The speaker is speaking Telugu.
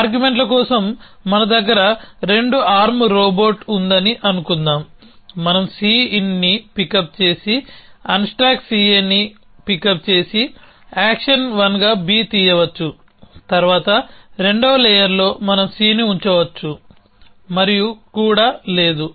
ఆర్గ్యుమెంట్ల కోసం మన దగ్గర రెండు ఆర్మ్ రోబోట్ ఉందని అనుకుందాం మనం C ఇన్ని పికప్ చేసి అన్స్టాక్ CAని పికప్ చేసి యాక్షన్ 1గా B తీయవచ్చుతర్వాత రెండవ లేయర్లో మనం Cని ఉంచవచ్చు మరియు కూడా లేదు